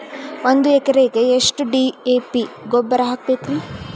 ಒಂದು ಎಕರೆಕ್ಕ ಎಷ್ಟ ಡಿ.ಎ.ಪಿ ಗೊಬ್ಬರ ಹಾಕಬೇಕ್ರಿ?